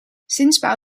zinsbouw